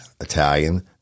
Italian